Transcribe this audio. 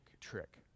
trick